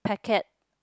packet